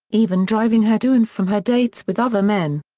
even driving her to and from her dates with other men.